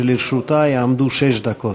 שלרשותה יעמדו שש דקות.